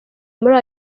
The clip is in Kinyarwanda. muri